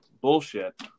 bullshit